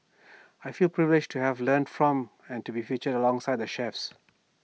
I feel privileged to have learnt from and to be featured alongside the chefs